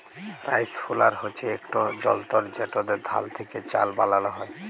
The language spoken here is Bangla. রাইস হুলার হছে ইকট যলতর যেটতে ধাল থ্যাকে চাল বালাল হ্যয়